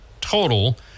total